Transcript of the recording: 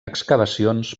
excavacions